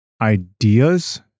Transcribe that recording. ideas